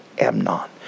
Amnon